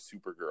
Supergirl